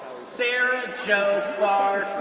sarah jo pharr,